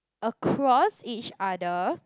across each other